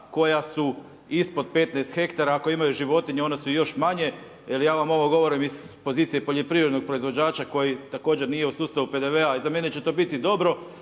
koja su ispod 15 hektara, ako imaju životinje onda su još manje jer ja vam ovo govorim iz pozicije poljoprivrednog proizvođača koji također nije u sustavu PDV-a i za mene će to biti dobro